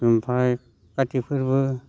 ओमफ्राय काति फोरबो